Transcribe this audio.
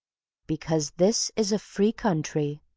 because this is a free country,